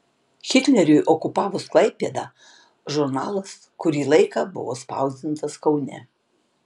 hitleriui okupavus klaipėdą žurnalas kurį laiką buvo spausdintas kaune